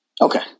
Okay